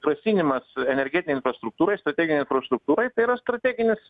grasinimas energetinei infrastruktūrai strateginei infrastruktūrai tai yra strateginis